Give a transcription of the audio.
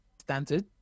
standard